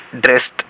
dressed